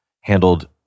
handled